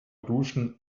duschen